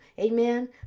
Amen